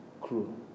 crew